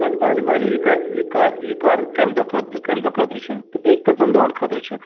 اَدٕ بَنہِ بَنہِ یہِ کہِ یہ کَر یہِ کَر کَمہِ دۄہ خٲطرٕ کَمہِ دۄہ خٲطرٕ چھُ تہٕ بیٚیہِ کٔژن دۄہن خٲطرٕ چھُ